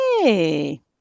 Hey